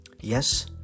Yes